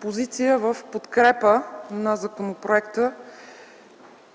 позиция в подкрепа на Законопроекта